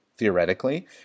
theoretically